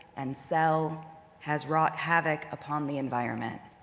and sell has wrought havoc upon the environment,